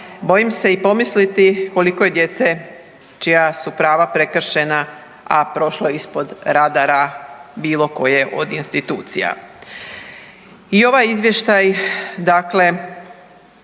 Bojim se i pomisliti koliko je djece čija su prava prekršena, a prošlo ispod radara bilo koje od institucija. I ovaj izvještaj dakle